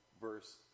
verse